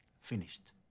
finished